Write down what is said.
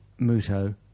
Muto